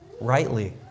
rightly